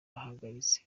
bahagaritse